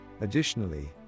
Additionally